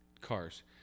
cars